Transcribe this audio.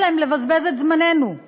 אינו נוכח נפתלי בנט,